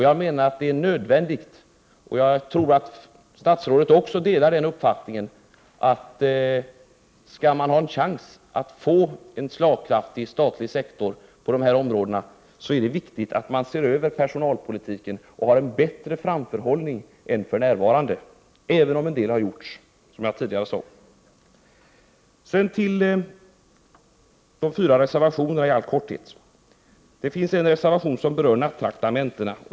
Jag menar — och jag tror att statsrådet delar den uppfattningen — att skall man ha en chans att få en slagkraftig statlig sektor på de här områdena, så är det viktigt att se över personalpolitiken och ha en bättre framförhållning än för närvarande, även om en hel del har gjorts, som jag tidigare sade. Så till de fyra reservationerna i all korthet. En reservation berör nattraktamentena.